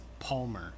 Palmer